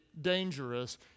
dangerous